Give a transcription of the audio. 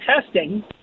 testing